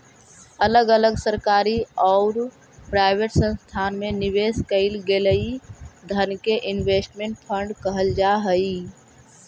अलग अलग सरकारी औउर प्राइवेट संस्थान में निवेश कईल गेलई धन के इन्वेस्टमेंट फंड कहल जा हई